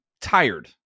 tired